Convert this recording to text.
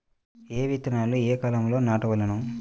ఏ విత్తనాలు ఏ కాలాలలో నాటవలెను?